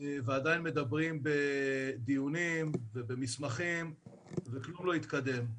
ועדיין מדברים בדיונים ובמסמכים וצריך להתקדם.